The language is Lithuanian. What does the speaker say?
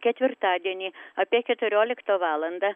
ketvirtadienį apie keturioliktą valandą